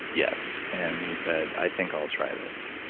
yes and you said, i think i'll try this.